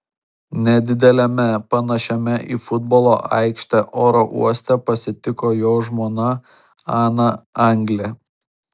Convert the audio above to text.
nedideliame panašiame į futbolo aikštę oro uoste pasitiko jo žmona ana anglė